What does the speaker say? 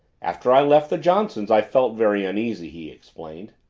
after i left the johnsons' i felt very uneasy, he explained.